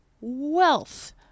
wealth